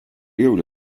gjorde